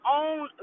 own